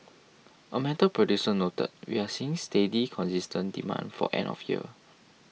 a metal producer noted we are seeing steady consistent demand for end of year